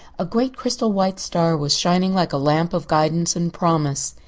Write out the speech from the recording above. a great crystal-white star was shining like a lamp of guidance and promise.